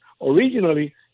Originally